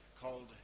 called